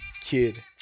kid